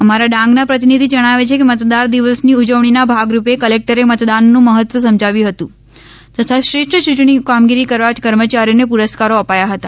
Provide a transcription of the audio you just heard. અમારા ડાંગના પ્રતિનિધિ ણાવે છે કે મતદાર દિવસની ઊ વણીના ભાગરૂપે કલેકટરે મતદાનનું મહત્વ સમજાવ્યું હતું તથા શ્રેષ્ઠ યૂંટણી કામગીરી કરવા કર્મચારીઓને પુરસ્કારો અપાયા હતા